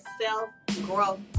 self-growth